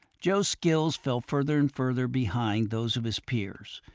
joe's skills fell further and further behind those of his peers,